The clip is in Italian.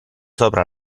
sopra